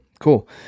Cool